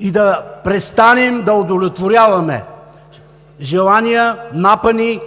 и да престанем да удовлетворяваме желания, напъни,